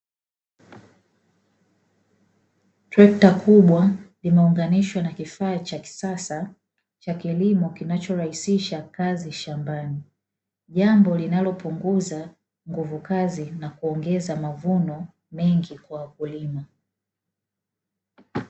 Trekta kubwa limeunganishwa na kifaa cha kisasa cha kilimo kinachorahisisha kazi shambani jambo linalopunguza nguvu kazi na kuongeza mavuno mengi kwa wakulima.